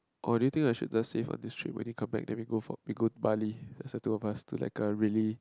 or do you think we should just save for this trip when you come back then we go for we go Bali just the two of us to like a really